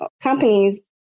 companies